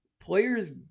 players